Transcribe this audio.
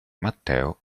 matteo